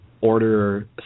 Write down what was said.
order